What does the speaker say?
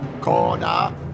corner